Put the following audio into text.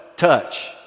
touch